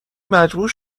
مجبور